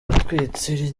rutwitsi